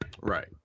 right